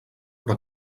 però